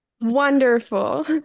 Wonderful